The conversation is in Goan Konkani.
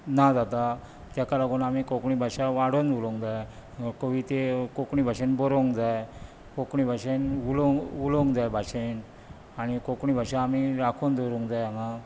ना जाता ताका लागून आमी कोंकणी भाशा वाडोवन उलोवंक जाय अ कवितें कोंकणी भाशेन बरोवंक जाय कोंकणी भाशेन उलोवंक उलोवंक जाय भाशेन आनी कोंकणी भाशा आमी राखून दवरूंक जाय हांगा